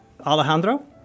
Alejandro